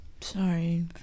Sorry